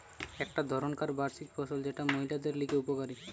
একটো ধরণকার বার্ষিক ফসল যেটা মহিলাদের লিগে উপকারী